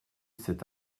cet